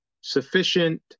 sufficient